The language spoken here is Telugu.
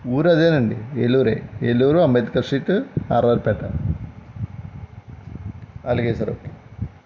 ఊరు అదేనండి ఏలూరే ఏలూరు అంబేద్కర్ స్ట్రీట్ అల్వార్ పేట అలాగే సార్ ఓకే